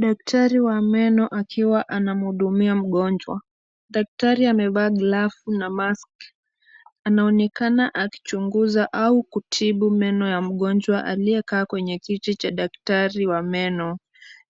Daktari wa meno akiwa anamhudumia mgonjwa. Daktari amevaa glavu na mask . Anaonekana akichunguza au kutibu meno ya mgonjwa aliyekaa kwenye kiti cha daktari wa meno.